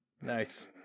Nice